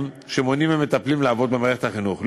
שמונעים ממטפלים לעבוד במערכת החינוך.